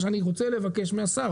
אני רוצה לבקש מהשר,